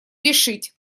решить